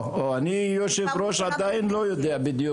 אני שבע שנים בקדימה מדע,